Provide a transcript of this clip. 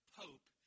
pope